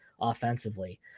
offensively